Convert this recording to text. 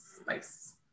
spice